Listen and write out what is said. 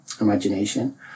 imagination